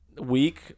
week